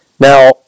Now